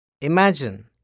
Imagine